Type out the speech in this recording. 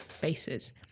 bases